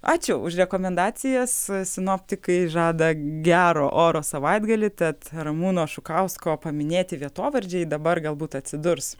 ačiū už rekomendacijas sinoptikai žada gero oro savaitgalį tad ramūno šukausko paminėti vietovardžiai dabar galbūt atsidurs